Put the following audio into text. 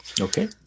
Okay